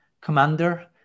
commander